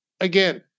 again